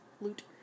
loot